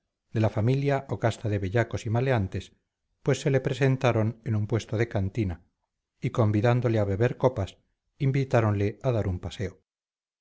de la familia o casta de bellacos y maleantes pues se le presentaron en un puesto de cantina y convidándole a beber copas invitáronle a dar un paseo